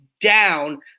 down